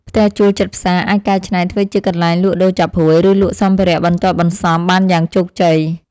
ផ្ទះជួលជិតផ្សារអាចកែច្នៃធ្វើជាកន្លែងលក់ដូរចាប់ហួយឬលក់សម្ភារៈបន្ទាប់បន្សំបានយ៉ាងជោគជ័យ។